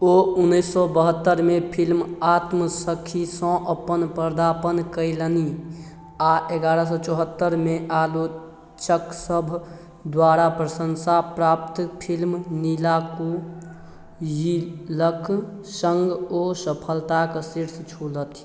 ओ उनैस सओ बहत्तरिमे फिल्म आत्म सखीसँ अपन पदार्पण कएलनि आओर एगारह सौ चौहत्तरिमे आलोचकसब द्वारा प्रशंसा प्राप्त फिल्म नीला कुयिलके सङ्ग ओ सफलताक शीर्ष छूलथि